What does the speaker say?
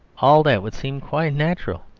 all that would seem quite natural.